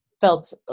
felt